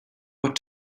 what